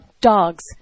dogs